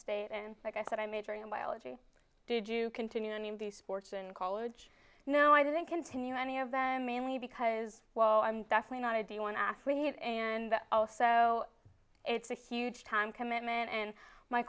state and like i said i majoring in biology did you continue on in the sports in college no i didn't continue any of them mainly because well i'm definitely not ideal an athlete and also it's a huge time commitment and my